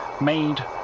made